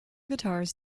guitars